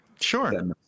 Sure